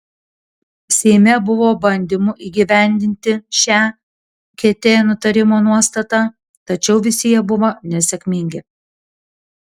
seime buvo bandymų įgyvendinti šią kt nutarimo nuostatą tačiau visi jie buvo nesėkmingi